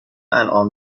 انعام